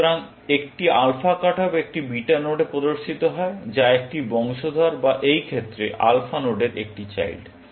সুতরাং একটি alpha cut off একটি বিটা নোডে প্রদর্শিত হয় যা একটি বংশধর বা এই ক্ষেত্রে আলফা নোডের একটি চাইল্ড